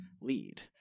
lead